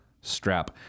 strap